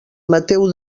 mateu